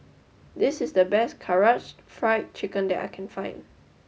this is the best Karaage Fried Chicken that I can find